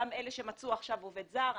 גם אלה שמצאו עכשיו עובד זר,